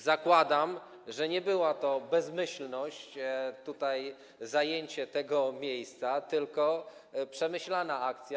Zakładam, że nie była to bezmyślność, zajęcie tego miejsca, tylko przemyślana akcja.